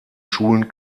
schulen